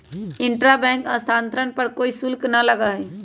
intra bank स्थानांतरण पर कोई शुल्क ना लगा हई